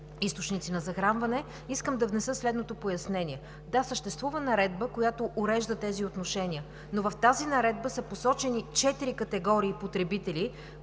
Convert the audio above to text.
източници на захранване, искам да внеса следното пояснение: да, съществува наредба, която урежда тези отношения. В тази наредба са посочени четири категории потребители,